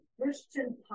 Christian